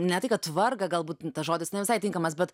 ne tai kad vargą galbūt tas žodis ne visai tinkamas bet